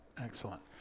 Excellent